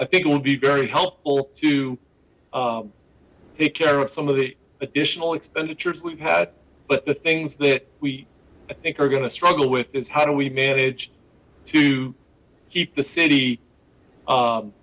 i think it would be very helpful to take care of some of the additional expenditures we've had but the things that we i think are going to struggle with is how do we manage to keep the city